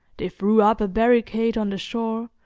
they threw up a barricade on the shore,